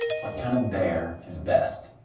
what kind of bear is best?